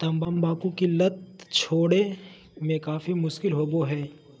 तंबाकू की लत छोड़े में काफी मुश्किल होबो हइ